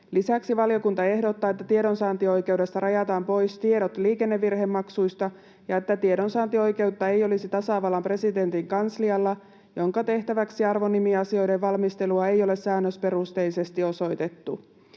Lisäksi valiokunta ehdottaa, että tiedonsaantioikeudesta rajataan pois tiedot liikennevirhemaksuista ja että tiedonsaantioikeutta ei olisi tasavallan presidentin kanslialla, jonka tehtäväksi arvonimiasioiden valmistelua ei ole säännösperusteisesti osoitettu.